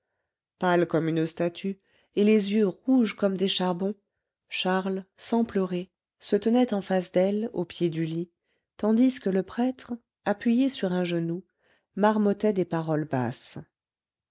pâle comme une statue et les yeux rouges comme des charbons charles sans pleurer se tenait en face d'elle au pied du lit tandis que le prêtre appuyé sur un genou marmottait des paroles basses